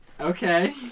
Okay